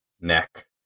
neck